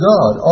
God